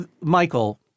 Michael